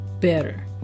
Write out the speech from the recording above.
better